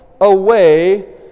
away